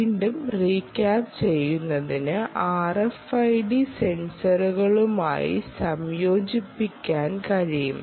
വീണ്ടും റീക്യാപ്പ് ചെയ്യുന്നതിന് RFID സെൻസറുകളുമായി സംയോജിപ്പിക്കാൻ കഴിയും